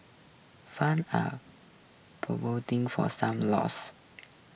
funds are for some losses